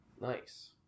Nice